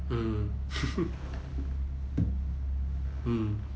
mm mm